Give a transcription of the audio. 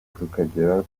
tukagera